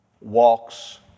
walks